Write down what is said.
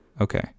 Okay